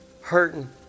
hurting